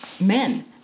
men